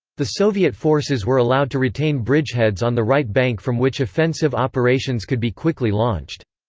the soviet forces were allowed to retain bridgeheads on the right bank from which offensive operations could be quickly launched.